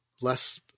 less